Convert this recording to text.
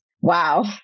Wow